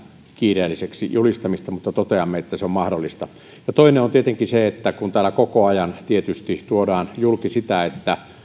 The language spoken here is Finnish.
kiireelliseksi julistamista mutta toteamme että se on mahdollista toinen on tietenkin se että kun täällä koko ajan tietysti tuodaan julki sitä että